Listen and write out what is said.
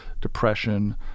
depression